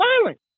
violence